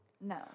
No